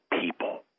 people